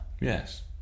Yes